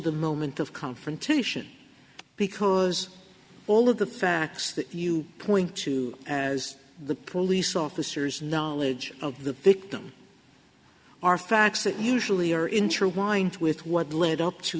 the moment of confrontation because all of the facts that you point to as the police officers knowledge of the victim are facts that usually are intertwined with what led up to